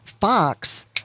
Fox